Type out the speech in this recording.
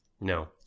No